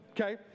Okay